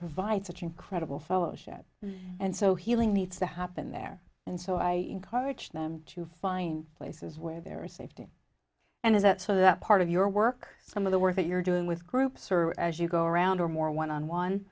provides such incredible fellowship and so healing needs to happen there and so i encourage them to find places where there are safety and is that so that part of your work some of the work that you're doing with groups or as you go around or more one on one